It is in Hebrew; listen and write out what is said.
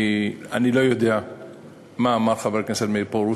אני לא יודע מה אמר חבר הכנסת מאיר פרוש.